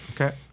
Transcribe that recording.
Okay